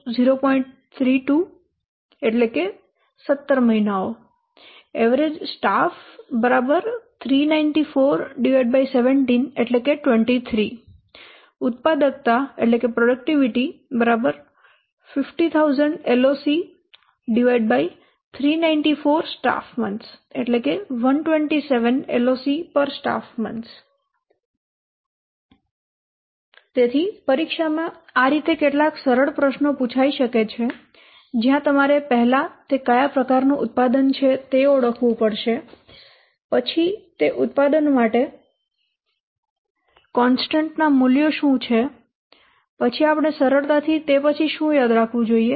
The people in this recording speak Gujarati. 32 17 મહિનાઓ એવરેજ સ્ટાફ 394 17 23 સ્ટાફ ઉત્પાદકતા 50000 LOC 394 સ્ટાફ મહિનાઓ 127 LOCસ્ટાફ મહિનાઓ તેથી પરીક્ષામાં આ રીતે કેટલાક સરળ પ્રશ્નો પૂછાઈ શકે છે જ્યાં તમારે પહેલા તે કયા પ્રકારનું ઉત્પાદન છે તે ઓળખવું પડશે પછી તે ઉત્પાદનો માટે કોન્સ્ટન્ટ ના મૂલ્યો શું છે પછી આપણે સરળતાથી તે પછી શું યાદ રાખવું જોઈએ